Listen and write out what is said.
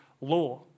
law